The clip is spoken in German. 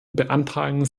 beantragen